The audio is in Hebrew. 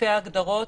סעיפי הגדרות,